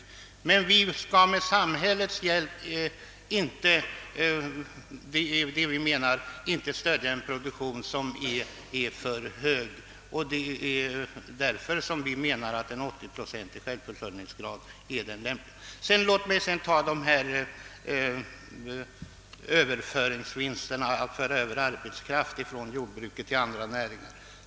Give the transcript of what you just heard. Vad vi menar är att vi inte med samhällets hjälp skall stödja en produktion som är för hög. Det är därför vi anser 80-procentig självförsörjningsgrad vara den lämpliga. Låt mig så ta upp frågan om de vinster man skulle kunna uppnå genom att överföra arbetskraft från jordbruket till andra näringar!